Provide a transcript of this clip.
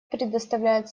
представляет